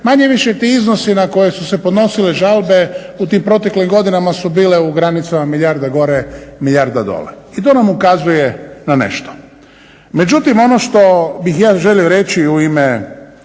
manje-više ti iznosi na koje su se podnosile žalbe u tim proteklim godinama su bile u granicama milijarda gore, milijarda dolje. I to nam ukazuje na nešto. Međutim, ono što bih ja želio reći u ime